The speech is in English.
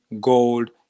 gold